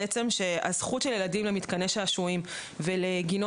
נאמר שהזכות של ילדים למתקני שעשועים ולגינות